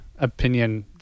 opinion